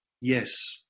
yes